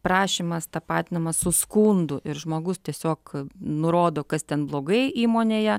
prašymas tapatinamas su skundu ir žmogus tiesiog nurodo kas ten blogai įmonėje